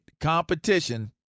competition